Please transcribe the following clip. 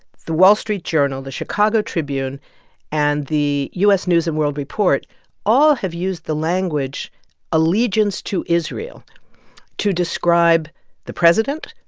the wall street journal, the chicago tribune and the u s. news and world report all have used the language allegiance to israel to describe the president,